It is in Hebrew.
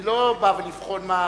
אני לא בא לבחון מה כוונותיו,